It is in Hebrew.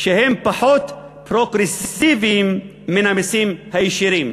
שהם פחות פרוגרסיביים מן המסים הישירים".